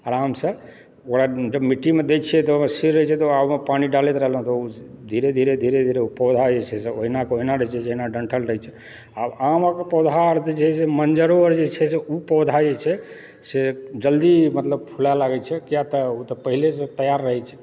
आरामसँ जब ओकरा मिट्टीमे दै छियै तऽओकर सिर रहै छै तऽ ओकर आगाँमे पानी डालैत रहलहुँ तऽ ओ धीरे धीरे ओ पौधा जे छे से ओहिना के ओहिना रहै छै जहिना डण्ठल रहै छै आब आमक पौधा आर जे छै से मञ्जरो आर जे छै से ओ पौधा जे छै से जल्दी मतलब फुलै लागै छै कियातऽ ओ तऽ पहिलेसँ तैयार रहै छै